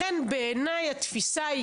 לכן בעיניי התפיסה היא